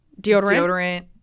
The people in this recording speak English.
deodorant